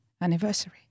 anniversary